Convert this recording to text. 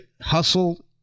hustle